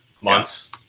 months